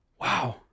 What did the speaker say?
Wow